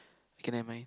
okay never mind